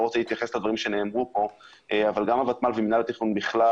רוצה להתייחס לדברים שנאמרו כאן ומינהל התכנון בכלל,